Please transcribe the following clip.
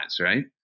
right